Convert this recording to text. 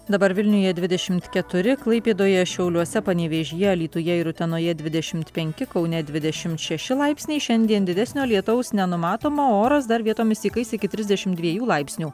dabar vilniuje dvidešimt keturi klaipėdoje šiauliuose panevėžyje alytuje ir utenoje dvidešimt penki kaune dvidešimt šeši laipsniai šiandien didesnio lietaus nenumatoma oras dar vietomis įkais iki trisdešimt dviejų laipsnių